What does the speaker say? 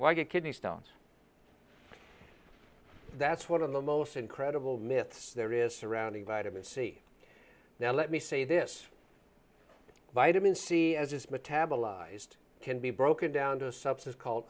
why get kidney stones that's one of the most incredible myths there is surrounding vitamin c now let me say this vitamin c as it's metabolized can be broken down to a substance called